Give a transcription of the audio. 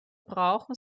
brauchen